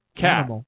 cat